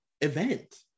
event